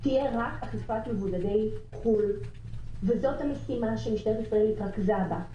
תהיה רק אכיפת מבודדי חו"ל וזאת המשימה שמשטרת ישראל התרכזה בה.